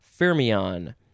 fermion